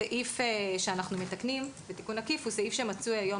הסעיף שאנחנו מתקנים בתיקון עקיף הוא סעיף שמצוי היום